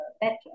better